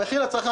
המחיר לצרכן,